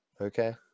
Okay